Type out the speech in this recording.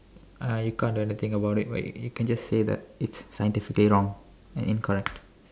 I can't really think about when you can just say that it's scientifically wrong and incorrect